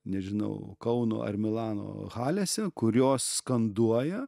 nežinau kauno ar milano halėse kurios skanduoja